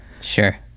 sure